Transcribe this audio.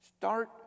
Start